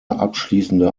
abschließende